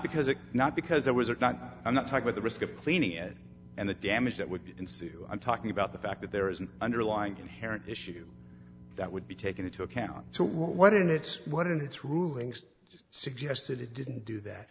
because it not because there was or not i'm not talk about the risk of cleaning it and the damage that would ensue i'm talking about the fact that there is an underlying inherent issue that would be taken into account so why didn't its what its rulings suggested it didn't do that